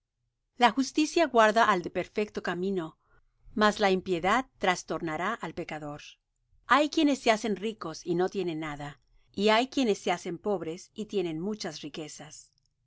la justicia guarda al de perfecto camino mas la impiedad trastornará al pecador hay quienes se hacen ricos y no tienen nada y hay quienes se hacen pobres y tienen muchas riquezas